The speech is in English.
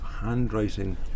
handwriting